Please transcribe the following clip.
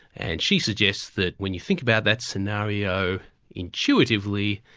and she suggests that when you think about that scenario intuitively,